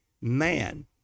man